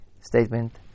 statement